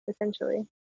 essentially